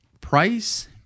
Price